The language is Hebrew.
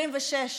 26,